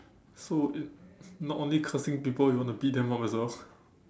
so it not only cursing people you want to beat them up as well